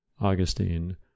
augustine